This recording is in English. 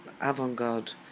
avant-garde